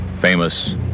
Famous